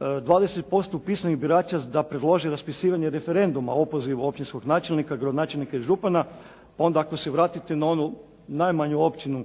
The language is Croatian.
20% upisanih birača da predloži raspisivanje referenduma o opozivu općinskog načelnika, gradonačelnika i župana. Onda ako se vratite na onu najmanju općinu,